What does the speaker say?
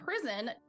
prison